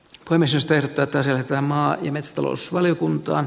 clemesister totesi että maa ja metsätalousvaliokuntaan